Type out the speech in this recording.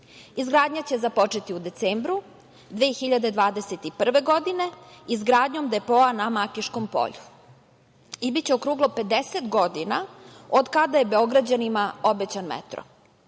Izgradnja će započeti u decembru 2021. godine, izgradnjom depoa na Makiškom polju i biće okruglo 50 godina od kada je Beograđanima obećan metro. Slogan